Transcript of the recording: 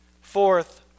Fourth